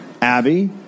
Abby